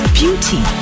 beauty